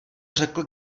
řekl